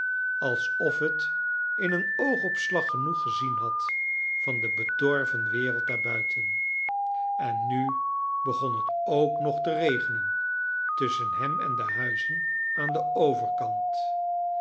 alsof het in een oogopslag genoeg gezien had van de bedorven wereld daarbuiten en nu begon het ook nog te regenen tusschen hem en de huizen aan den overkant